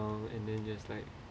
uh and then just like